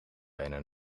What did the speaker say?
bijna